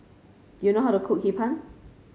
do you know how to cook Hee Pan